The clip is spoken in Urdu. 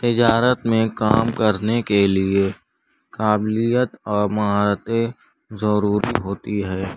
تجارت میں کام کرنے کے لیے قابلیت اور مہارتیں ضروری ہوتی ہیں